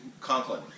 Conklin